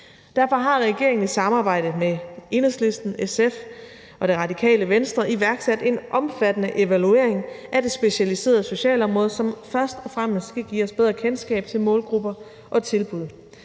Derfor har regeringen i samarbejde med Enhedslisten, SF og Det Radikale Venstre iværksat en omfattende evaluering af det specialiserede socialområde, som først og fremmest skal give os bedre kendskab til målgrupper og tilbud.